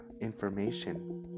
information